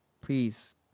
please